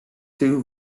two